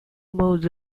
modes